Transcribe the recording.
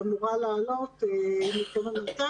שאמורה לעלות בזום,